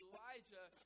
Elijah